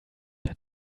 der